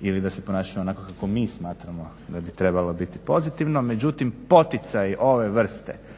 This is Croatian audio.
ili da se ponašaju onako kako mi smatramo da bi trebalo biti pozitivno. Međutim, poticaj ove vrste,